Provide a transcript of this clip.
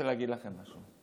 אני רוצה להגיד לכם משהו: